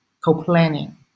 co-planning